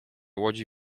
łodzi